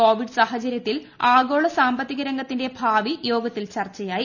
Covid സാഹചര്യത്തിൽ ആഗോളസാമ്പത്തിക രംഗത്തിന്റെ ഭാവി യോഗത്തിൽ ചർച്ചയായി